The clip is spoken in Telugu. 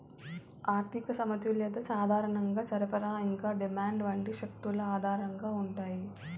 ఆర్థిక సమతుల్యత సాధారణంగా సరఫరా ఇంకా డిమాండ్ వంటి శక్తుల ఆధారంగా ఉంటాయి